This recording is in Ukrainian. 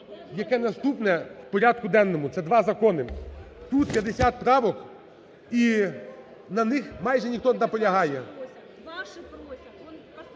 яке наступне в порядку денному. Це два закони. Тут 50 правок, і на них майже ніхто не наполягає.